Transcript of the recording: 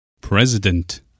President